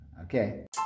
Okay